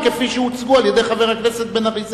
כפי שהוצגו על-ידי חבר הכנסת בן-ארי,